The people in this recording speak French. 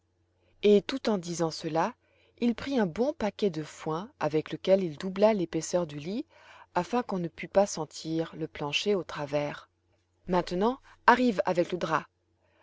et tout en disant cela il prit un bon paquet de foin avec lequel il doubla l'épaisseur du lit afin qu'on ne pût pas sentir le plancher au travers maintenant arrive avec le drap